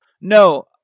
No